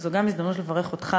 זאת גם הזדמנות לברך אותך,